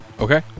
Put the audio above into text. Okay